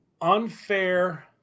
unfair